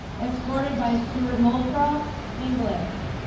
escorted by stuart moulthrop, english.